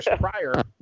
prior